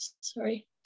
Sorry